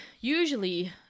usually